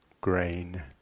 grain